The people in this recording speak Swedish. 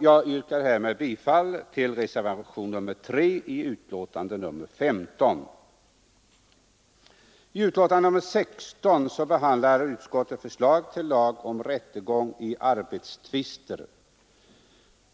Jag yrkar, herr talman, bifall till reservationen 3 vid inrikesutskottets betänkande nr 15. I betänkandet nr 16 behandlar utskottet förslag till lag om rättegång i arbetstvister.